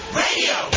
radio